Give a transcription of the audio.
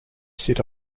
sit